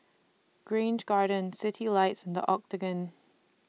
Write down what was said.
Grange Garden Citylights and The Octagon